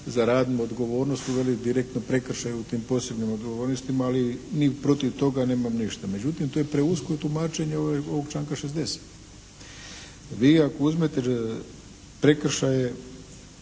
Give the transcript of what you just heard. za radnu odgovornost uveli direktno prekršaj u tim posebnim odgovornostima. Ali ni protiv toga nemam ništa. Međutim, to je preusko tumačenje ovog članka 60. Vi ako uzmete prekršaje